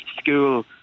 school